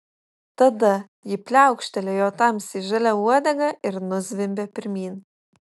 tada ji pliaukštelėjo tamsiai žalia uodega ir nuzvimbė pirmyn